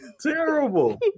Terrible